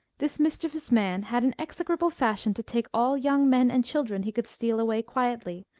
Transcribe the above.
this mischievous man had ane execrable fashion to take all young men and children he could steal away quietly,